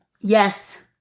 Yes